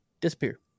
Disappear